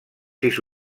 sis